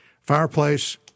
fireplace